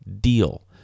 deal